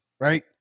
right